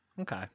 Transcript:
Okay